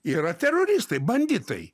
yra teroristai banditai